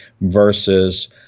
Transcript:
versus